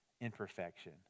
imperfection